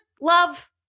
Love